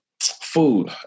Food